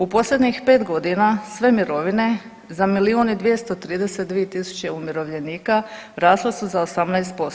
U posljednjih 5.g. sve mirovine za milijun i 232 tisuće umirovljenika rasle su za 18%